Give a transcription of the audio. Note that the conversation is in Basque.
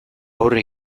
aurre